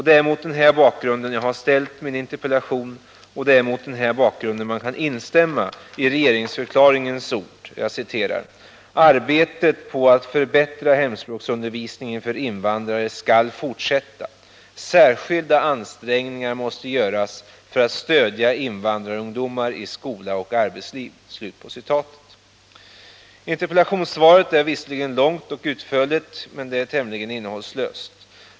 Det är mot den här bakgrunden jag har ställt min interpellation, och det är mot den här bakgrunden man kan instämma i regeringsförklaringens ord: ”Arbetet på att förbättra hemspråksundervisningen för invandrare skall fortsätta. Särskilda ansträngningar måste göras för att stödja invandrarungdomar i skola och arbetsliv.” Interpellationssvaret är visserligen långt och utförligt, men det är tämligen innehållslöst.